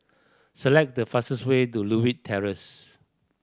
select the fastest way to Terrace